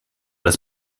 das